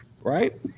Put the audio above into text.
right